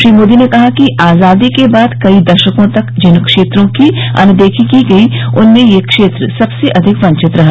श्री मोदी ने कहा कि आजादी के बाद कई दशकों तक जिन क्षेत्रों की अनदेखी की गई उनमें ये क्षेत्र सबसे अधिक वंचित रहा